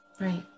Right